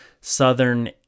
Southern